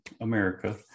America